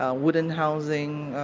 ah wooden housing,